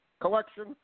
collection